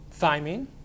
thymine